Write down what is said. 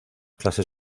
clases